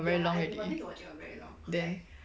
very long already then